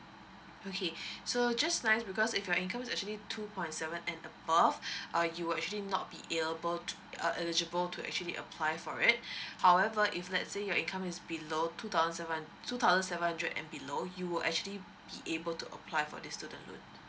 okay so just nice because if your income is actually two point seven and above uh you will actually not be illable uh eligible to actually apply for it however if let's say your income is below two thousand seven hun~ two thousand seven hundred and below you will actually be able to apply for this student loan